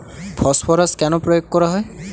Phosphorus কেন প্রয়োগ করা হয়?